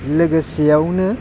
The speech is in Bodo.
लोगोसेयावनो